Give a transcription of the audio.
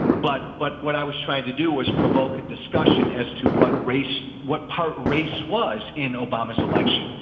but but what i was trying to do was provoke a discussion as to what race, what part race was in obama's election.